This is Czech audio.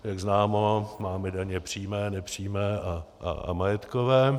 Jak známo, máme daně přímé, nepřímé a majetkové.